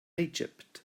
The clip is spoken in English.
egypt